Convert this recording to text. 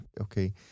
okay